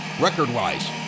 Record-wise